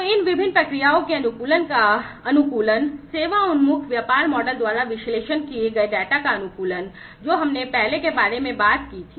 तो इन विभिन्न प्रक्रियाओं के अनुकूलन का अनुकूलन सेवा उन्मुख व्यापार मॉडल द्वारा विश्लेषण किए गए डेटा का अनुकूलन जो हमने पहले बात की थी